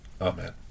Amen